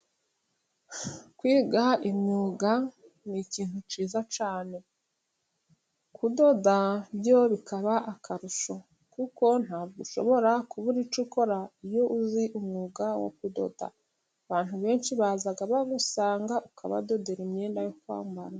Kwiga imyuga ni ikintu cyiza cyane. Kudoda byo bikaba akarusho kuko ntabwo ushobora kubura icyo ukora iyo uzi umwuga wo kudoda. Abantu benshi baza bagusanga ukabadodera imyenda yo kwambara.